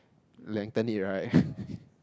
lengthen it right